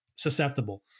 Susceptible